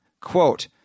Quote